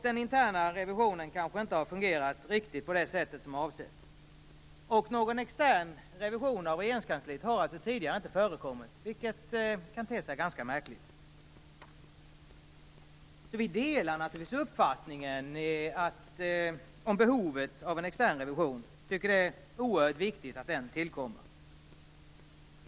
Den interna revisionen kanske inte har fungerat riktigt som avsett, och någon extern revision av Regeringskansliet har alltså tidigare inte förekommit, vilket kan te sig ganska märkligt. Vi delar naturligtvis uppfattningen om behovet av en extern revision. Vi tycker att det är oerhört viktigt att en sådan tillkommer.